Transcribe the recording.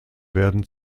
werden